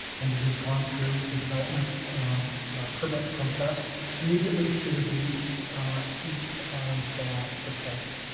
and it has gone through the development permit process immediately to the east of the site.